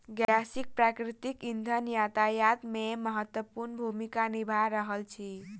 गैसीय प्राकृतिक इंधन यातायात मे महत्वपूर्ण भूमिका निभा रहल अछि